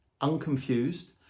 unconfused